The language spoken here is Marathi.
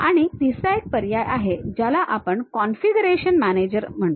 आणि तिसरा एक पर्याय आहे ज्याला आपण कॉन्फिगरेशन मॅनेजर म्हणतो